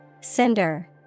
Cinder